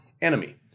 enemy